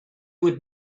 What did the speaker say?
would